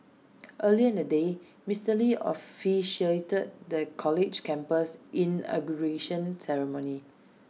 earlier in the day Mister lee officiated the college's campus inauguration ceremony